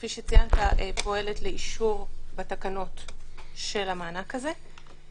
כפי שציינת, פועלת לאישור בתקנות של המענק הזה.